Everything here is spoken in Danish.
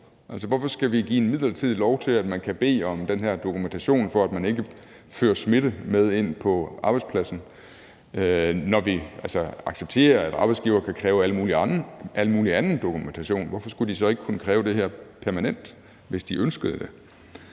Hvorfor skal vi give midlertidigt lov til, at man kan bede om den her dokumentation for, at man ikke fører smitte med ind på arbejdspladsen? Når vi accepterer, at arbejdsgivere kan kræve al mulig anden dokumentation, hvorfor skulle de så ikke kunne kræve det her permanent, hvis de ønsker det?